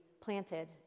planted